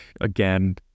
again